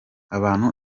abantu